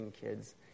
kids